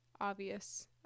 obvious